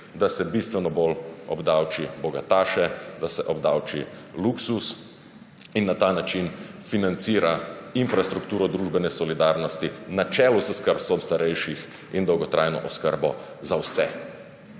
da se bistveno bolj obdavči bogataše, da se obdavči luksuz in na ta način financira infrastruktura družbene solidarnosti na čelu s skrbstvom starejših in dolgotrajno oskrbo za vse.